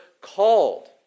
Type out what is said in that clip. called